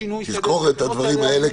תזכור את הדברים האלה,